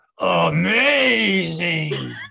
amazing